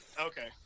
Okay